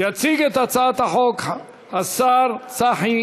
יציג את הצעת החוק השר צחי